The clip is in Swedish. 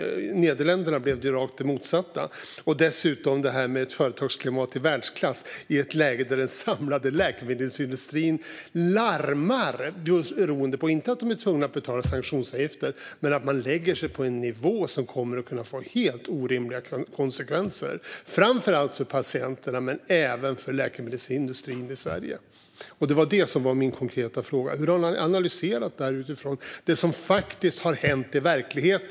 I Nederländerna blev det raka motsatsen. Dessutom sker det, apropå detta med ett företagsklimat i världsklass, i ett läge där den samlade läkemedelsindustrin larmar. Man larmar inte för att man blir tvungen att betala sanktionsavgifter utan för att avgifterna läggs på en nivå som kommer att få helt orimliga konsekvenser framför allt för patienterna men även för läkemedelsindustrin i Sverige. Det var det som var min konkreta fråga: Hur har ni analyserat detta utifrån det som faktiskt har hänt i verkligheten, Christian Carlsson?